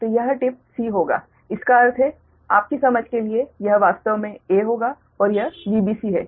तो यह tip c होगा इसका अर्थ है आपकी समझ के लिए यह वास्तव में a होगा और यह Vbc है